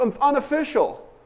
unofficial